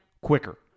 quicker